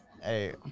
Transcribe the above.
hey